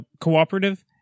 cooperative